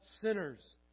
sinners